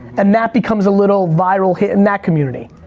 and that becomes a little viral hit in that community.